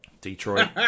Detroit